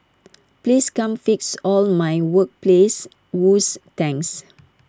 please come fix all my workplace woes thanks